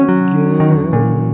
again